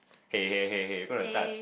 hey hey hey hey gonna touch